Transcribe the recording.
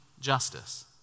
justice